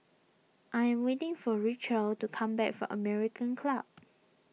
I am waiting for Richelle to come back from American Club